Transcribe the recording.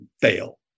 fail